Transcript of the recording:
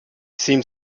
seemed